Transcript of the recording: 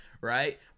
right